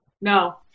No